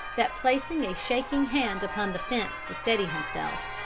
that, placing a shaking hand upon the fence to steady himself,